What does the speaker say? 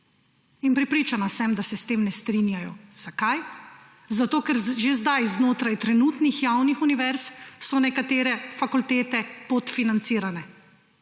Prepričana sem, da se s tem ne strinjajo. Zakaj? Zato ker so že zdaj znotraj trenutnih javnih univerz nekatere fakultete podfinancirane.